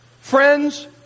Friends